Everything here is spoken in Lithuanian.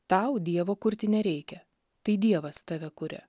tau dievo kurti nereikia tai dievas tave kuria